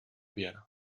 viena